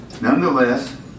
nonetheless